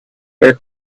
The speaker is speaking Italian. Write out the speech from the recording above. per